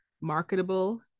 marketable